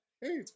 Hey